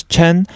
Chen